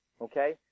okay